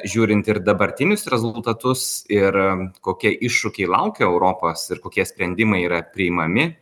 žiūrint ir dabartinius rezultatus ir kokie iššūkiai laukia europos ir kokie sprendimai yra priimami